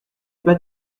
bas